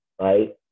right